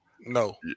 no